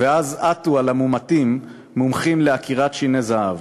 ואז עטו על המומתים מומחים לעקירת שיני זהב.